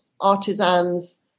artisans